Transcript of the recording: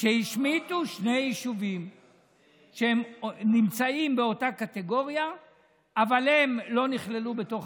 שהשמיטו שני יישובים שנמצאים באותה קטגוריה אבל לא נכללו בתוך